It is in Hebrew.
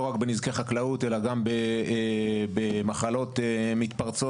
רק בנזקי חקלאות אלא גם במחלות מתפרצות.